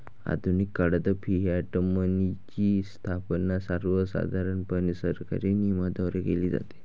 आधुनिक काळात फियाट मनीची स्थापना सर्वसाधारणपणे सरकारी नियमनाद्वारे केली जाते